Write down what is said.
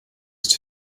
ist